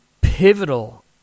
pivotal